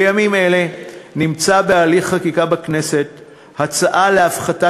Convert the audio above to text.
בימים אלה נמצאת בהליך חקיקה בכנסת הצעה להפחתת